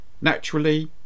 Naturally